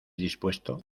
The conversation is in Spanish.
dispuesto